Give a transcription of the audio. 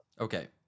Okay